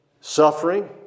suffering